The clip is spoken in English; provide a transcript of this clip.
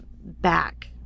back